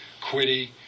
Quiddy